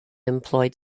employed